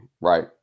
right